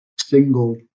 single